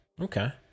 okay